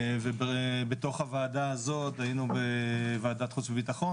בתוך הוועדה הזאת היינו בוועדת חוץ וביטחון